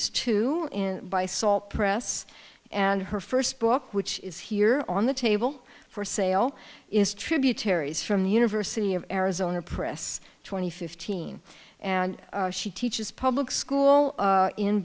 to buy salt press and her first book which is here on the table for sale is tributaries from the university of arizona press twenty fifteen and she teaches public school